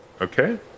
Okay